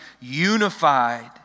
unified